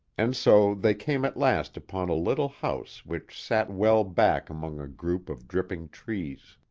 and so they came at last upon a little house which sat well back among a group of dripping trees.